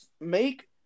make